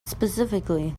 specifically